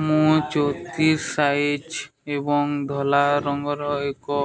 ମୁଁ ଚଉତିରିଶ ସାଇଜ୍ ଏବଂ ଧଳା ରଙ୍ଗର ଏକ